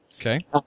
Okay